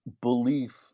belief